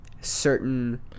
certain